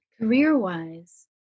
Career-wise